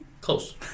close